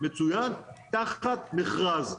מצוין - תחת מכרז.